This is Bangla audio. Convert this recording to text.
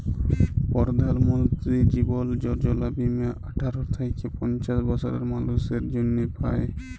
পরধাল মলতিরি জীবল যজলা বীমা আঠার থ্যাইকে পঞ্চাশ বসরের মালুসের জ্যনহে পায়